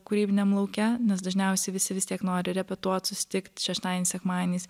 kūrybiniam lauke nes dažniausiai visi vis tiek nori repetuot susitikt šeštadieniais sekmadieniais